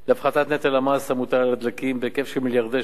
להפחתת נטל המס על הדלקים בהיקף של מיליארדי ש"ח.